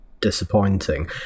disappointing